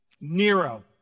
Nero